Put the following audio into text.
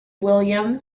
william